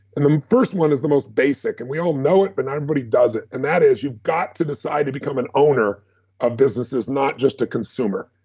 and the um first one is the most basic, and we all know it, but not everybody does it. and that is, you've got to decide to become an owner of businesses, not just a consumer.